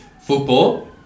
football